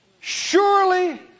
surely